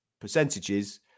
percentages